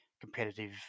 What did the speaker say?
competitive